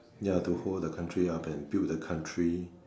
ya to hold the country up and build the country